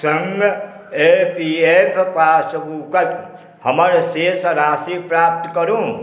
सङ्ग E P F पासबुकके हमर शेष राशि प्राप्त करू